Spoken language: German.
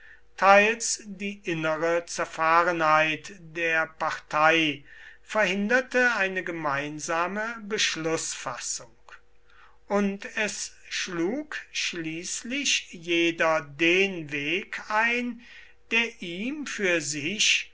teils die innere zerfahrenheit der partei verhinderte eine gemeinsame beschlußfassung und es schlug schließlich jeder den weg ein der ihm für sich